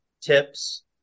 tips